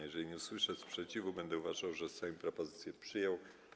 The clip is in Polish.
Jeżeli nie usłyszę sprzeciwu, będę uważał, że Sejm propozycję przyjął.